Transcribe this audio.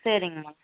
சரிங்மா